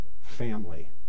family